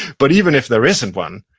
but even if there isn't one,